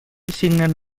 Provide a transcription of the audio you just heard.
signen